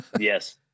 Yes